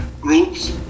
groups